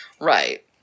Right